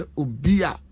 ubia